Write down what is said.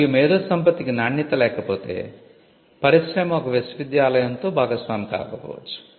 మరియు మేధోసంపత్తికి నాణ్యత లేకపోతే పరిశ్రమ ఒక విశ్వవిద్యాలయంతో భాగస్వామి కాకపోవచ్చు